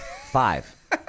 Five